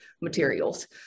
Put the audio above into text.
materials